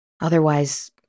Otherwise